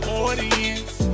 audience